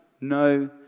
no